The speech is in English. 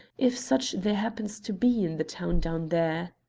if such there happens to be in the town down there.